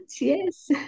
yes